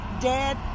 dead